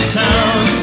town